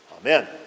amen